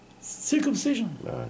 Circumcision